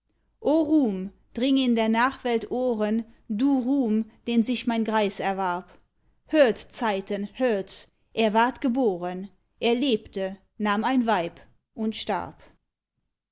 ruhm dring in der nachwelt ohren du ruhm den sich mein greis erwarb hört zeiten hörts er ward geboren er lebte nahm ein weib und starb